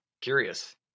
curious